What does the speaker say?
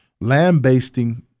lambasting –